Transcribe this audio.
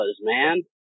man